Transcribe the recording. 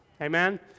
Amen